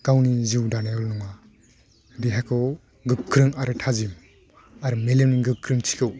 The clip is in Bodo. गावनि जिउ दानायावल' नङा देहाखौ गोख्रों आरो थाजिम आरो मेलेमनि गोख्रोंथिखौ